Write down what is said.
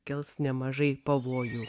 kels nemažai pavojų